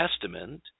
Testament